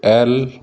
L